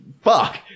Fuck